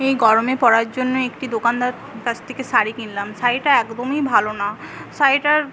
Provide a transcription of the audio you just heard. এই গরমে পড়ার জন্য একটি দোকানদার কাছ থেকে শাড়ি কিনলাম শাড়িটা একদমই ভালো না শাড়িটার